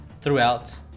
throughout